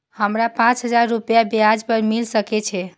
हमरा पाँच हजार रुपया ब्याज पर मिल सके छे?